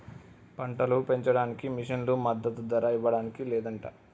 పంటలు పెంచడానికి మిషన్లు మద్దదు ధర ఇవ్వడానికి లేదంట